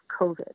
COVID